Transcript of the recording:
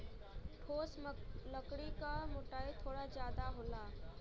ठोस लकड़ी क मोटाई थोड़ा जादा होला